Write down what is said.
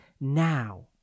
now